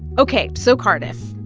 ok. so, cardiff,